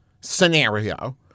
scenario